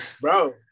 bro